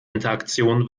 interaktion